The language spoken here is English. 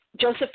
Joseph